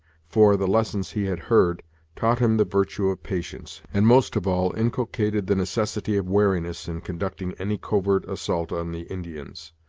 for the lessons he had heard taught him the virtue of patience, and, most of all, inculcated the necessity of wariness in conducting any covert assault on the indians.